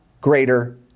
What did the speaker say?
greater